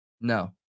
no